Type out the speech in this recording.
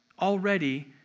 Already